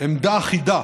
עמדה אחידה,